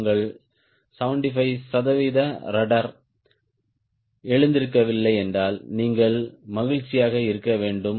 உங்கள் 75 சதவிகித ரட்ட்ர் எழுந்திருக்கவில்லை என்றால் நீங்கள் மகிழ்ச்சியாக இருக்க வேண்டும்